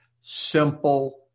simple